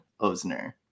Osner